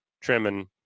trimming